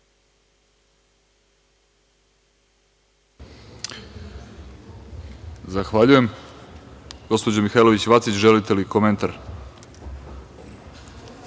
Zahvaljujem. Gospođo Mihailović Vacić, želite li komentar?